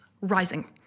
rising